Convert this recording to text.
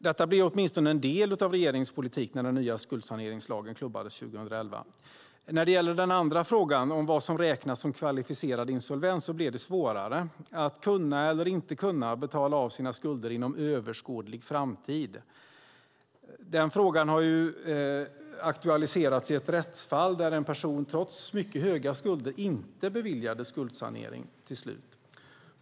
Detta blev åtminstone till en del regeringens politik när den nya skuldsaneringslagen klubbades 2011. När det gäller den andra frågan, vad som ska räknas som kvalificerad insolvens, blev det svårare. Frågan om att kunna eller inte kunna betala av sina skulder inom överskådlig framtid har aktualiserats i ett rättsfall där en person trots mycket höga skulder inte beviljades skuldsanering.